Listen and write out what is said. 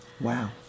Wow